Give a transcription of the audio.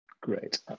Great